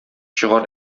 чыгар